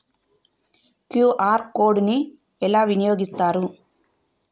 QR code ని ఎలా వినియోగిస్తారు?